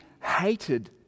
hated